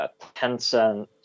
Tencent